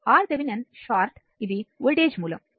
RThevenin short ఇది voltage మూలం